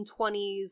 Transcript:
1920s